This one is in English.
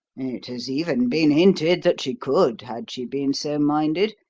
it has even been hinted that she could, had she been so minded,